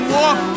walk